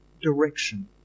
direction